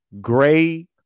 gray